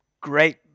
great